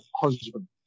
husband